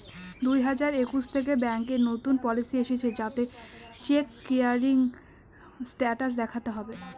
দুই হাজার একুশ থেকে ব্যাঙ্কে নতুন পলিসি এসেছে যাতে চেক ক্লিয়ারিং স্টেটাস দেখাতে হবে